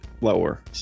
Lower